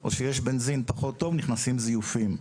או שיש בנזין פחות טוב, נכנסים הזיופים.